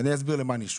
אני אסביר מה אני שואל: